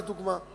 לדוגמה,